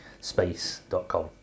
space.com